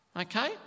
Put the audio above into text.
Okay